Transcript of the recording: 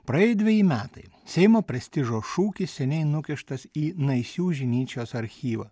praėjo dveji metai seimo prestižo šūkis seniai nukištas į naisių žinyčios archyvą